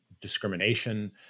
discrimination